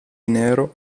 nero